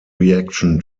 reaction